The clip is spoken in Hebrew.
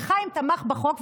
וחיים תמך בחוק,